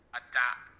adapt